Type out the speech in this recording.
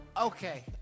Okay